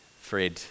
Fred